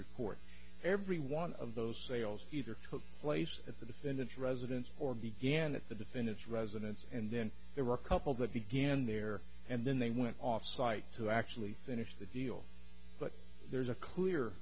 report every one of those sales either took place at the defendant's residence or began at the defendant's residence and then iraq couple that began there and then they went off site to actually finish the deal but there's a clear